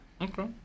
Okay